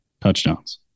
touchdowns